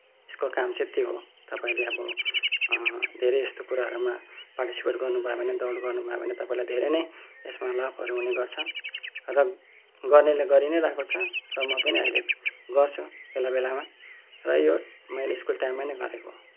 यसको काम चाहिँ त्यो हो तपाईँले अब धेरै यस्तो कुराहरूमा पार्टिसिपेट गर्नुभयो भने दौड् गर्नुभयो भने तपाईँलाई नै यसमा लाभहरू हुनेगर्छ र गर्नले गरिनै रहेको छ र म पनि अहिले गर्छु बेला बेलामा र यो मैले स्कुल टाइममा नै गरेको